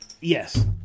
Yes